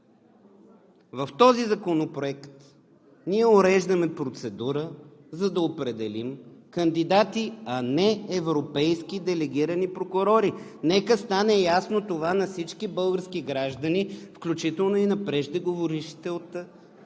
в този законопроект ние уреждаме процедурата, за да определим кандидати, а не европейски делегирани прокурори – нека това стане ясно на всички български граждани, включително и на преждеговорившите от